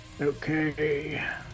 Okay